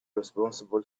responsible